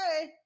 hey